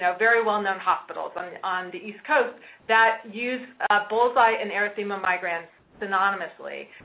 so very well-known hospitals on on the east coast that use bullseye and erythema migrans synonymously.